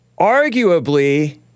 arguably